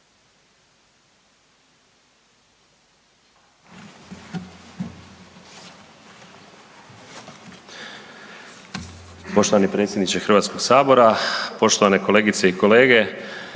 poštovani potpredsjedniče Hrvatskog sabora, poštovani ministre, kolegice i kolege.